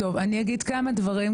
אני אגיד כמה דברים.